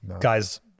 Guys